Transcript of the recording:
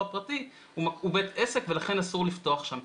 הפרטי הוא בית עסק ולכן אסור לפתוח שם.